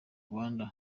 rwanda